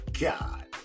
God